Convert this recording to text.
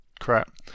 crap